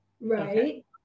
right